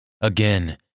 Again